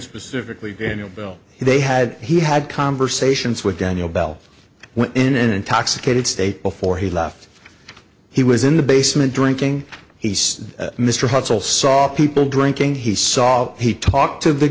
specifically gania bill they had he had conversations with daniel bell when in an intoxicated state before he left he was in the basement drinking he said mr hart's all saw people drinking he saw he talked to the